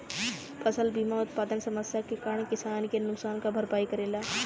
फसल बीमा उत्पादन समस्या के कारन किसानन के नुकसान क भरपाई करेला